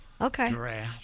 okay